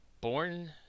Born